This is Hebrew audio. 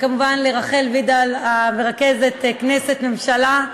וכמובן לרחל וידל, מרכזת כנסת ממשלה,